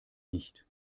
nicht